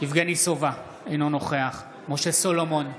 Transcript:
יבגני סובה, אינו נוכח משה סולומון,